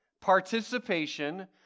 participation